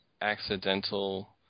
accidental